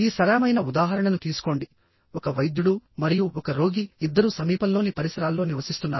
ఈ సరళమైన ఉదాహరణను తీసుకోండి ఒక వైద్యుడు మరియు ఒక రోగి ఇద్దరూ సమీపంలోని పరిసరాల్లో నివసిస్తున్నారు